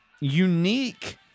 unique